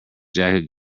jacket